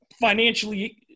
financially